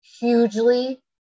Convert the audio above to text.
hugely